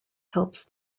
helps